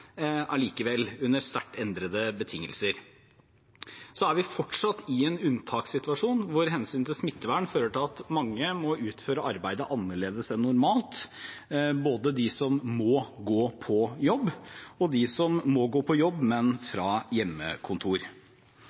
fortsatt i en unntakssituasjon der hensynet til smittevern fører til at mange må utføre arbeidet annerledes enn normalt, både de som må gå på jobb, og de som må gå på jobb, men fra hjemmekontor.